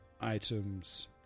items